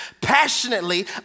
passionately